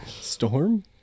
Storm